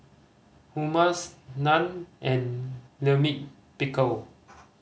Hummus Naan and Lime Pickle